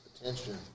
attention